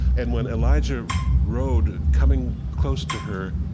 and when elijah rode, coming close to her,